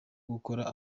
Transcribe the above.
gukora